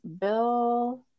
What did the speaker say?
Bill